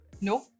No